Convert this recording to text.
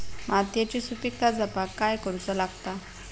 मातीयेची सुपीकता जपाक काय करूचा लागता?